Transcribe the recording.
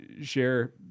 share